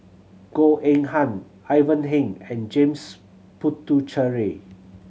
Goh Eng Han Ivan Heng and James Puthucheary